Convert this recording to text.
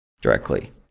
directly